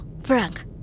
Frank